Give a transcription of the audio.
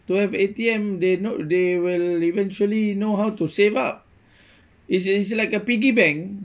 to have A_T_M they know they will eventually know how to save up is is like a piggy bank